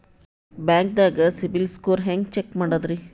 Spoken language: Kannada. ಬ್ಯಾಂಕ್ದಾಗ ಸಿಬಿಲ್ ಸ್ಕೋರ್ ಹೆಂಗ್ ಚೆಕ್ ಮಾಡದ್ರಿ?